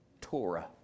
Torah